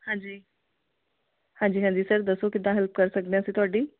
ਹਾਂਜੀ ਹਾਂਜੀ ਹਾਂਜੀ ਸਰ ਦੱਸੋ ਕਿੱਦਾਂ ਹੈਲਪ ਕਰ ਸਕਦੇ ਹਾਂ ਅਸੀਂ ਤੁਹਾਡੀ